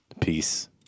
Peace